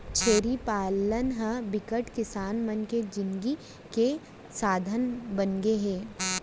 छेरी पालन ह बिकट किसान मन के जिनगी के साधन बनगे हे